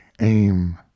aim